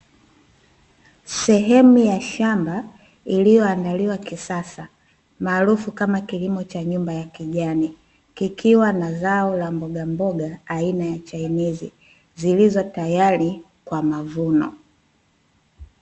Sehemu ya shamba iliyoandaliwa kisasa, maarufu kama kilimo cha nyumba ya kijani, kikiwa na zao la mbogamboga aina ya chainizi, zilizo tayari kwa mavuno.